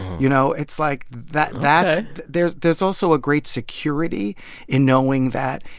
you know, it's like that that ah there's there's also a great security in knowing that,